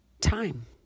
time